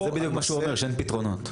מה שישראל דיבר, הוא דיבר.